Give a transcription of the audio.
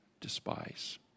despise